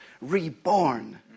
reborn